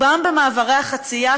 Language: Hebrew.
רובם במעברי החציה,